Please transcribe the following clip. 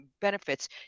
benefits